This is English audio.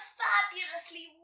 fabulously